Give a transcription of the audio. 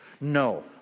No